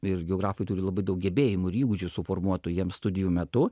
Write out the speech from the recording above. ir geografai turi labai daug gebėjimų ir įgūdžių suformuotų jiem studijų metu